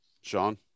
Sean